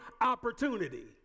opportunity